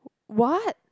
what